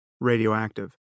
radioactive